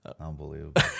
Unbelievable